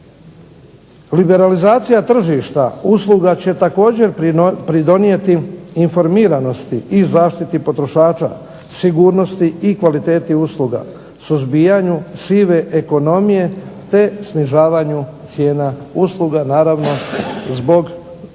Liberalizacija tržišta usluga će također pridonijeti informiranosti i zaštiti potrošača, sigurnosti i kvaliteti usluga, suzbijanju sive ekonomije, te snižavanju cijena usluga naravno zbog daleko